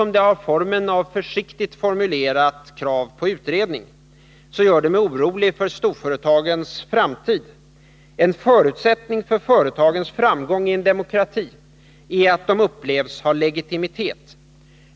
om det har formen av ett endast försiktigt formulerat krav på utredning — gör det mig orolig för storföretagens framtid. En förutsättning för företagens framgång i en demokrati är att de upplevs ha legitimitet.